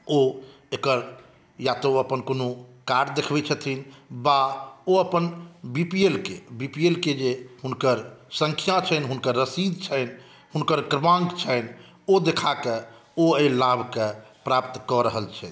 ओ एकर या तऽ अपन ओ कोनो कार्ड देखबै छथिन वा ओ अपन बीपीएलके बीपीएलके जे हुनकर संख्या छनि हुनकर रसीद छनि हुनकर क्रमांक छनि ओ देखा कऽ ओ एहि लाभके प्राप्त कऽ रहल छथि